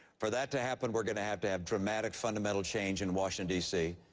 for that to happen, we're going to have to have dramatic fundamental change in washington, d c,